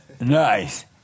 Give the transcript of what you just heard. Nice